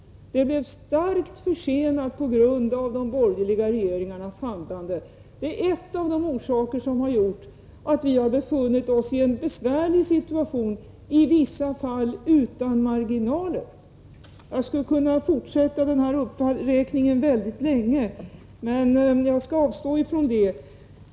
Det blev starkt försenat på grund av de borgerliga regeringarnas handlande. Det är en av de orsaker som har gjort att vi har befunnit oss i en besvärlig situation, i vissa fall utan marginaler. Jag skulle kunna fortsätta den här uppräkningen mycket länge, men jag skall avstå från det.